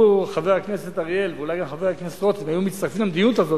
לו חבר הכנסת אריאל ואולי גם חבר הכנסת רותם היו מצטרפים למדיניות הזאת,